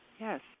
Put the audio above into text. Yes